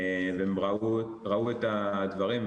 והם ראו את הדברים.